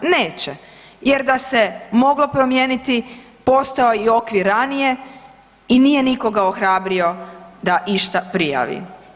Neće jer da se moglo promijeniti postojao je i okvir ranije i nije nikoga ohrabrio da išta prijavi.